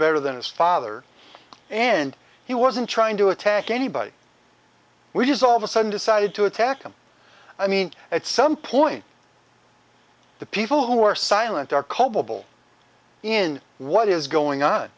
better than his father and he wasn't trying to attack anybody we dissolve a sudden decided to attack him i mean at some point the people who are silent are culpable in what is going on